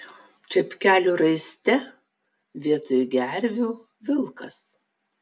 čepkelių raiste vietoj gervių vilkas